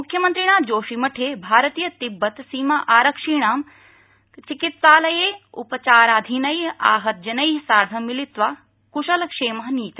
मुख्यमन्त्रिणा जोशीमठे भारतीय तिब्बत सीमा आरक्षीणां चिकित्सालये उपचाराधीनै आहत जनै सार्धं मिलित्वा कृशल क्षेम नीत